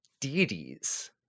deities